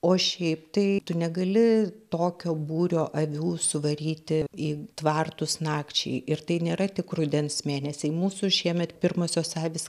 o šiaip tai tu negali tokio būrio avių suvaryti į tvartus nakčiai ir tai nėra tik rudens mėnesiai mūsų šiemet pirmosios avys